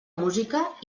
música